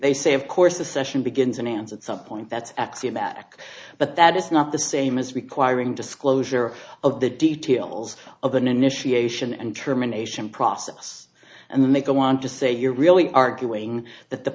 they say of course the session begins and ends at some point that's axiomatic but that is not the same as requiring disclosure of the details of an initiation and determination process and then they go on to say you're really arguing that the